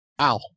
Ow